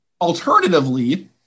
Alternatively